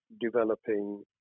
developing